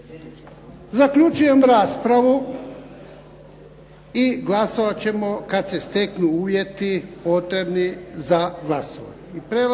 Zaključujem raspravu. I glasovat ćemo kada se steknu uvjeti za glasovanje.